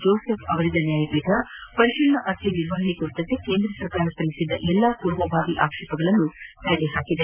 Joseph ಅವರಿದ್ದ ನ್ನಾಯಪೀಠ ಪರಿತೀಲನಾ ಅರ್ಜಿ ನಿರ್ವಹಣೆ ಕುರಿತಂತೆ ಕೇಂದ್ರಸರ್ಕಾರ ಸಲ್ಲಿಸಿದ್ದ ಎಲ್ಲಾ ಪೂರ್ವಬಾವಿ ಆಕ್ಷೇಪಗಳನ್ನು ತಳ್ಳಹಾಕಿದೆ